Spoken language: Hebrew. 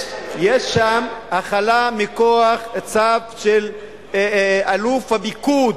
יש שם החלה מכוח צו של אלוף הפיקוד,